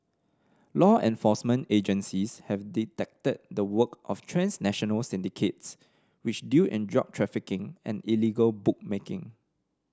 law enforcement agencies have detected the work of transnational syndicates which deal in drug trafficking and illegal bookmaking